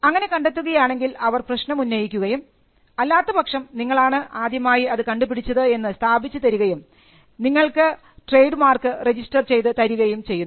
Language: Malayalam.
അങ്ങനെ കണ്ടെത്തുകയാണെങ്കിൽ അവർ പ്രശ്നം ഉന്നയിക്കുകയും അല്ലാത്തപക്ഷം നിങ്ങളാണ് ആദ്യമായി അത് കണ്ടുപിടിച്ചത് എന്ന് സ്ഥാപിച്ചു തരികയും നിങ്ങൾക്ക് ട്രേഡ് മാർക്ക് രജിസ്റ്റർ ചെയ്തു തരികയും ചെയ്യുന്നു